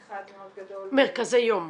אחד מאוד גדול -- מרכזי יום.